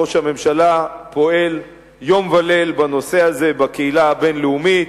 ראש הממשלה פועל יום וליל בנושא הזה בקהילה הבין-לאומית,